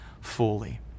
fully